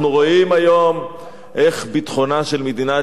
אנחנו רואים היום איך ביטחונה של מדינת